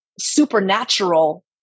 supernatural